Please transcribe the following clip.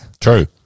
True